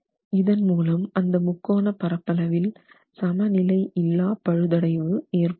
இதன் மூலம் அந்த முக்கோண பரப்பளவில் சமநிலை இல்லா பழுதடைவு ஏற்படாது